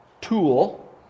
tool